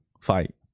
fight